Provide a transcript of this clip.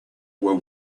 were